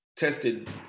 Tested